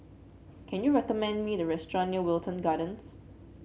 can you recommend me a restaurant near Wilton Gardens